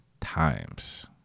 times